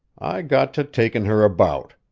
i got to taking her about.